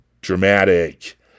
dramatic